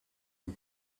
een